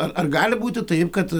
ar ar gali būti taip kad